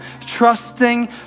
trusting